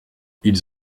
ils